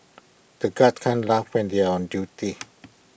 the guards can't laugh when they are on duty